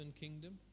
Kingdom